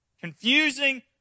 confusing